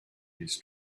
his